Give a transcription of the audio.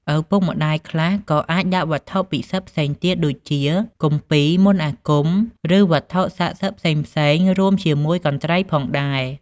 ឪពុកម្តាយខ្លះក៏អាចដាក់វត្ថុពិសិដ្ឋផ្សេងទៀតដូចជា គម្ពីរ មន្តអាគម ឬវត្ថុស័ក្តិសិទ្ធិផ្សេងៗរួមជាមួយកន្ត្រៃផងដែរ។